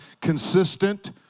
consistent